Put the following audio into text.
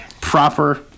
Proper